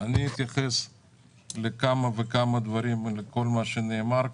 אני אתייחס לכמה וכמה דברים לכל מה שנאמר כאן.